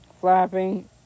flapping